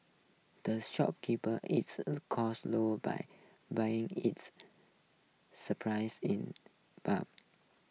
the shop keeper its costs low by buying its supplies in bulk